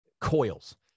coils